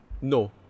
No